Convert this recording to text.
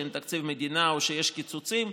שאין תקציב מדינה או שיש קיצוצים,